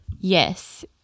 Yes